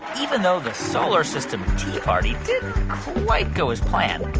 even though the solar system tea party didn't quite go as planned,